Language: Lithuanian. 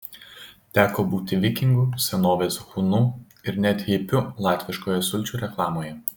teko būti vikingu senovės hunu ir net hipiu latviškoje sulčių reklamoje